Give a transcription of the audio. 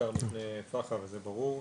בעיקר מפני פח"ע וזה ברור.